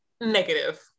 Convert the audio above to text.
negative